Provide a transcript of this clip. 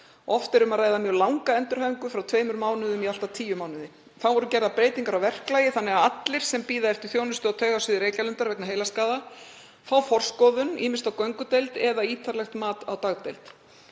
Oft er um að ræða mjög langa endurhæfingu, frá tveimur mánuðum í allt að tíu mánuði. Þá voru gerðar breytingar á verklagi þannig að allir sem bíða eftir þjónustu á taugasviði Reykjalundar vegna heilaskaða fá forskoðun, ýmist á göngudeild eða ítarlegt mat á dagdeild.